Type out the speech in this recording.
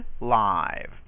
live